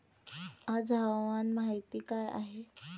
आज हवामान माहिती काय आहे?